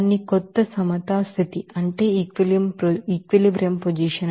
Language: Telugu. దాని ఈక్విలిబ్రియం పోసిషన్